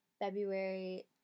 february